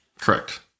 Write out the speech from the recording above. correct